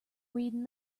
reading